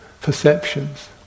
Perceptions